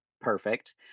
perfect